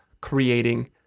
creating